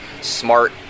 smart